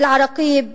באל-עראקיב,